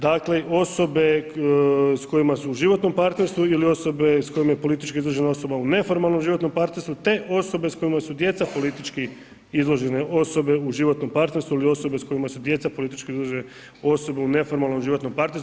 Dakle, s kojima su u životnom partnerstvu ili osobe s kojima je politički izložena osoba u neformalnom životnom partnerstvu te osobe s kojima su djeca politički izložene osobe u životnom partnerstvu ili osobe s kojima su djeca politički izložene osobe u neformalnom životnom partnerstvu.